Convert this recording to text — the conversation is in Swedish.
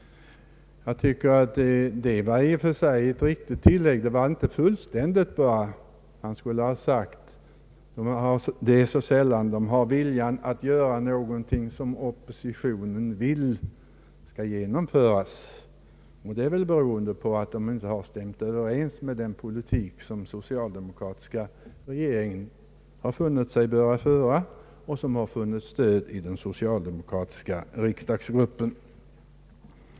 Det var i och för sig ett riktigt tillägg, det var bara inte fullständigt. Han borde ha sagt: Men det är så sällan socialdemokraterna vill göra vad oppositionen vill. Detta beror väl på att oppositionens politik inte stämt överens med den politik som den socialdemokratiska regeringen har funnit sig böra föra och som har vunnit stöd i den socialdemokratiska riksdagsgruppen.